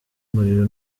umuriro